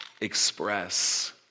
express